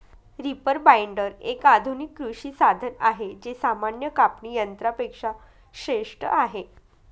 reaper binder, एक आधुनिक कृषी साधन आहे जे सामान्य कापणी यंत्रा पेक्षा श्रेष्ठ आहे